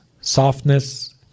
softness